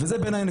וזה בעיניי.